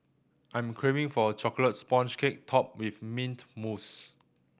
I am craving for a chocolate sponge cake topped with mint mousse